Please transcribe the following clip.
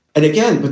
and again,